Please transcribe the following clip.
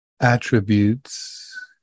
attributes